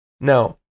Now